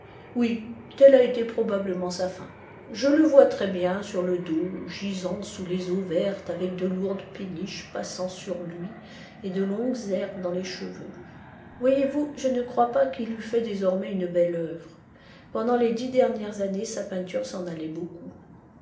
oui telle a été probablement sa fin je le vois très bien sur le dos gisant sous les eaux vertes avec de lourdes péniches passant sur lui et de longues herbes dans les cheveux voyez vous je ne crois pas qu'il eût fait désormais une belle œuvre pendant les dix dernières années sa peinture s'en allait beaucoup